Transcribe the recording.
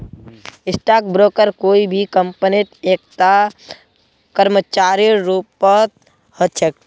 stock broker कोई भी कम्पनीत एकता कर्मचारीर रूपत ह छेक